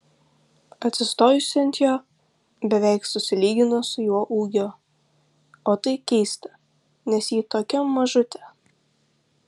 atsistojusi ant jo beveik susilygino su juo ūgiu o tai keista nes ji tokia mažutė